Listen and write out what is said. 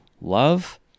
Love